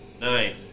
Nine